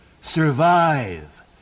survive